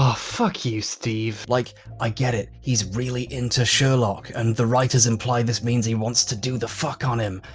ah fuck you, steve. like i get it, he's really into sherlock and the writers imply this means he wants to do the fuck on him,